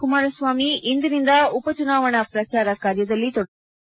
ಕುಮಾರಸ್ವಾಮಿ ಇಂದಿನಿಂದ ಉಪಚುನಾವಣಾ ಪ್ರಚಾರ ಕಾರ್ಯದಲ್ಲಿ ತೊಡಗಲಿದ್ದಾರೆ